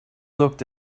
looked